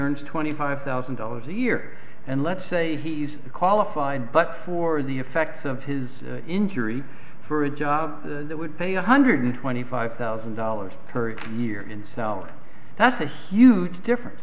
earns twenty five thousand dollars a year and let's say he's qualified but for the effects of his injury for a job that would pay one hundred twenty five thousand dollars per year in salary that's a huge difference